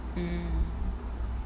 mm